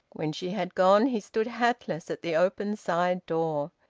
when she had gone, he stood hatless at the open side door.